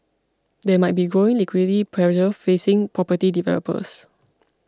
there might be growing liquidity pressure facing property developers